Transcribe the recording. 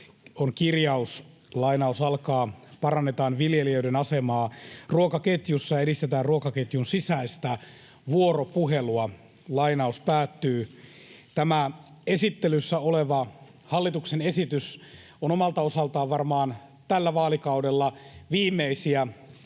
on kirjaus "parannetaan viljelijöiden asemaa ruokaketjussa ja edistetään ruokaketjun sisäistä vuoropuhelua". Tämä esittelyssä oleva hallituksen esitys on omalta osaltaan varmaan tällä vaalikaudella viimeisiä